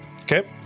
Okay